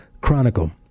Chronicle